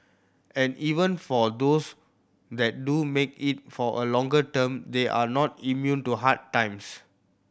and even for those that do make it for a longer term they are not immune to hard times